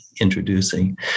introducing